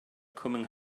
coming